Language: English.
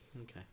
Okay